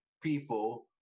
people